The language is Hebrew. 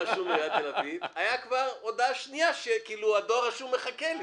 זה היתה גם הודעה שנייה על כך שהדואר מחכה לי.